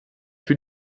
für